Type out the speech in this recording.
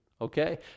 Okay